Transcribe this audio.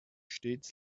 stets